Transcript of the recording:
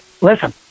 Listen